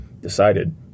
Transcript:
Decided